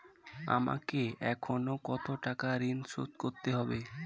আমাকে এখনো কত টাকা ঋণ শোধ করতে হবে?